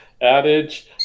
Adage